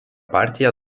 partija